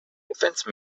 defence